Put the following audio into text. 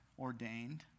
ordained